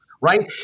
right